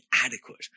adequate